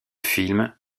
film